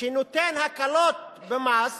שנותן הקלות במס